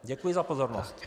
Děkuji za pozornost.